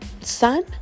son